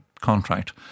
contract